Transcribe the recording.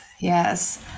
Yes